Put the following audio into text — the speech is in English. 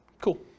Cool